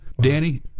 Danny